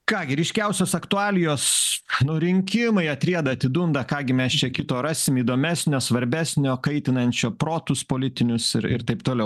ką gi ryškiausios aktualijos nu rinkimai atrieda atidunda ką gi mes čia kito rasim įdomesnio svarbesnio kaitinančio protus politinius ir ir taip toliau